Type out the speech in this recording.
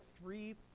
three